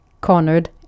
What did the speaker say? cornered